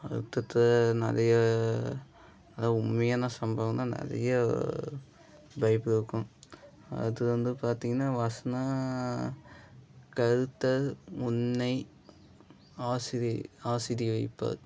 அர்த்ததில் நிறைய அதுதான் உண்மையான சம்பவம் தான் நிறைய பைபிளில் இருக்கும் அது வந்து பார்த்தீங்கன்னா வசனம் கர்த்தர் உன்னை ஆசிரி ஆசிர்வதிப்பார்